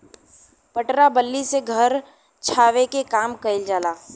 पटरा बल्ली से घर छावे के काम कइल जाला